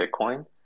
Bitcoin